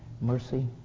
mercy